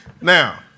Now